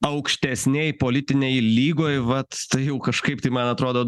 aukštesnėj politinėj lygoj vat tai jau kažkaip tai man atrodo